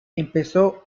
empezó